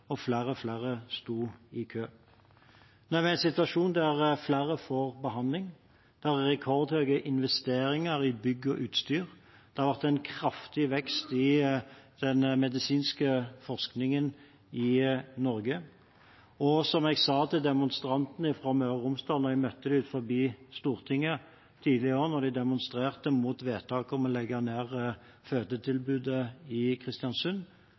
og flere og flere sto i kø. Nå er vi i en situasjon der flere får behandling. Det er rekordhøye investeringer i bygg og utstyr. Det har vært en kraftig vekst i den medisinske forskningen i Norge. Og da jeg tidligere i år møtte demonstrantene fra Møre og Romsdal utenfor Stortinget, da de demonstrerte mot vedtaket om å legge ned fødetilbudet i Kristiansund,